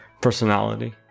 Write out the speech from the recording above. personality